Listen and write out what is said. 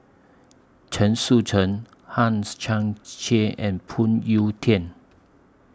Chen Sucheng Hangs Chang Chieh and Phoon Yew Tien